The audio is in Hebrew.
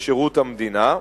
בשירות המדינה,